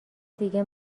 دیگه